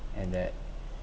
and that